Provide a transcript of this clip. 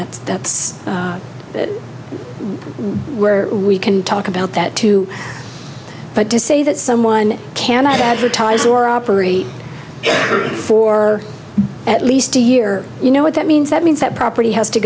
that that's where we can talk about that too but to say that someone can advertise or operate for at least a year you know what that means that means that property has to